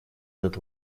этот